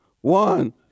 One